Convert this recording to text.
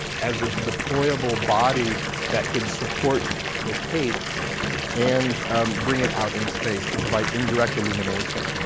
as this deployable body that could support the tape and bring it out in space, to provide indirect illumination.